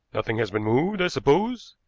nothing has been moved, i suppose.